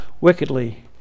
wickedly